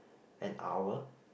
an hour